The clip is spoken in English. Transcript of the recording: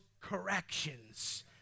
corrections